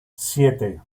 siete